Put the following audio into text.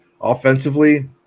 offensively